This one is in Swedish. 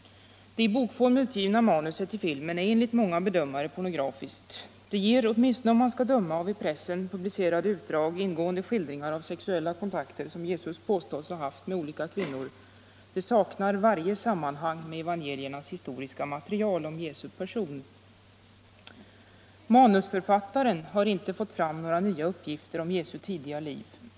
Det i bokform utgivna manuset till filmen är enligt många bedömare pornografiskt. Det ger, åtminstone om man skall döma av i pressen publicerade utdrag, ingående skildringar av sexuella kontakter som Jesus påstås ha haft med olika kvinnor. Det saknar varje sammanhang med evangeliernas historiska material om Jesu person. Manusförfattaren har inte fått fram några nya uppgifter om Jesu tidiga liv.